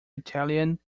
italian